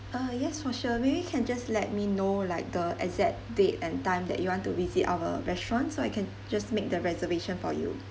uh yes for sure maybe you can just let me know like the exact date and time that you want to visit our restaurant so I can just make the reservation for you